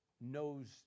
knows